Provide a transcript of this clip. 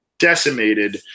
decimated